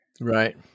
Right